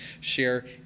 share